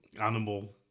Animal